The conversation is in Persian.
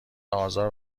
آزار